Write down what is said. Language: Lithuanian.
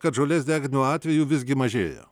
kad žolės deginimo atvejų visgi mažėja